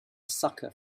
sucker